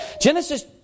Genesis